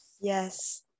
Yes